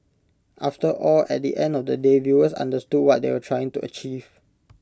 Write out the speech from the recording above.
after all at the end of the day viewers understood what they were trying to achieve